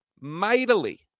Mightily